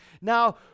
Now